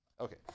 Okay